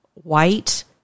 White